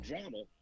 Drama